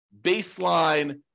baseline